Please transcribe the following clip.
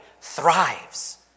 thrives